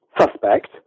suspect